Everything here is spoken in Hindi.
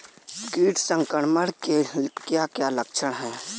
कीट संक्रमण के क्या क्या लक्षण हैं?